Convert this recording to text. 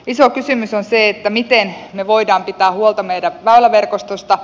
iso kysymys on se miten me voimme pitää huolta meidän väyläverkostosta